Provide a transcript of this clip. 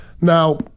Now